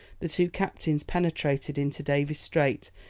the two captains penetrated into davis' strait,